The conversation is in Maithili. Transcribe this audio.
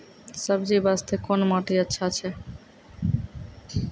सब्जी बास्ते कोन माटी अचछा छै?